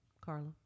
Carla